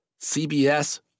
CBS